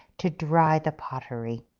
to dry the pottery.